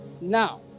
Now